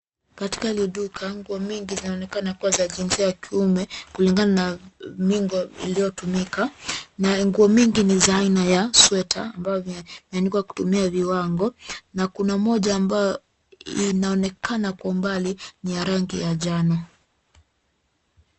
Katika hili duka kwa mingi zinaonekana kuwa za jinsia ya kiume kulingana na mingo iliyotumika na nguo mingi ni za aina ya sweta ambayo imeanikwa kutumia viwango na kuna moja ambayo inaonekana kwa mbali ni ya rangi ya njano.